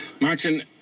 Martin